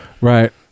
Right